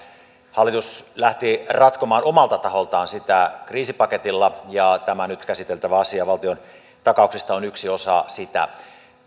hallitus lähti ratkomaan omalta taholtaan sitä kriisipaketilla ja tämä nyt käsiteltävä asia valtiontakauksista on yksi osa sitä